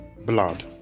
blood